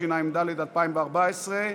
התשע"ד 2014,